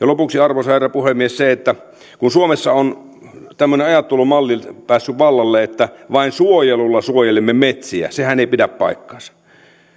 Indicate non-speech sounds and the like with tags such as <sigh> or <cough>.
<unintelligible> lopuksi arvoisa herra puhemies se että kun suomessa on tämmöinen ajattelumalli päässyt vallalle että vain suojelulla suojelemme metsiä sehän ei pidä paikkaansa